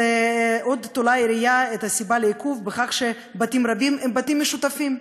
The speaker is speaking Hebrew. עוד תולה העירייה את הסיבה לעיכוב בכך שבתים רבים הם בתים משותפים.